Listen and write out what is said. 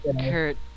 Kurt